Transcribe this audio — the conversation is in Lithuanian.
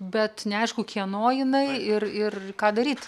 bet neaišku kieno jinai ir ir ką daryt